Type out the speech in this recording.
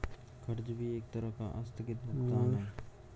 कर्ज भी एक तरह का आस्थगित भुगतान है